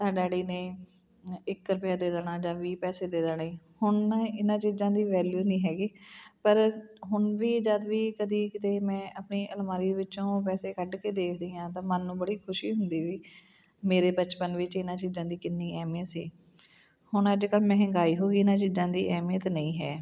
ਤਾਂ ਡੈਡੀ ਨੇ ਨ ਇੱਕ ਰੁਪਇਆ ਦੇ ਦੇਣਾ ਜਾਂ ਵੀਹ ਪੈਸੇ ਦੇ ਦੇਣੇ ਹੁਣ ਇਹਨਾਂ ਚੀਜ਼ਾਂ ਦੀ ਵੈਲਿਊ ਨਹੀਂ ਹੈਗੀ ਪਰ ਹੁਣ ਵੀ ਜਦੋਂ ਵੀ ਕਦੀ ਕਿਤੇ ਮੈਂ ਆਪਣੀ ਅਲਮਾਰੀ ਵਿੱਚੋਂ ਪੈਸੇ ਕੱਢ ਕੇ ਦੇਖਦੀ ਹਾਂ ਤਾਂ ਮਨ ਨੂੰ ਬੜੀ ਖੁਸ਼ੀ ਹੁੰਦੀ ਵੀ ਮੇਰੇ ਬਚਪਨ ਵਿੱਚ ਇਹਨਾਂ ਚੀਜ਼ਾਂ ਦੀ ਕਿੰਨੀ ਅਹਿਮੀਅਤ ਸੀ ਹੁਣ ਅੱਜ ਕੱਲ੍ਹ ਮਹਿੰਗਾਈ ਹੋ ਗਈ ਇਹਨਾਂ ਚੀਜ਼ਾਂ ਦੀ ਅਹਿਮੀਅਤ ਨਹੀਂ ਹੈ